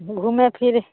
घूमे फिरे